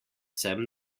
sem